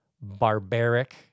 barbaric